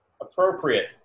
appropriate